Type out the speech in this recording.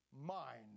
mind